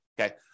okay